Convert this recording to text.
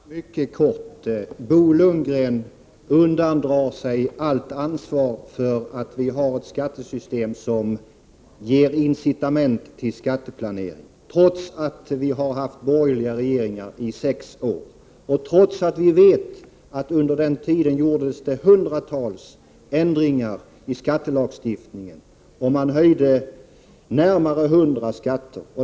Herr talman! Mycket kort: Bo Lundgren undandrar sig allt ansvar för att vi har ett skattesystem som ger incitament till skatteplanering, trots att vi har haft borgerliga regeringar i sex år och trots att vi vet att det under den tiden gjordes hundratals ändringar i skattelagstiftningen. Man höjde närmare hundra skatter.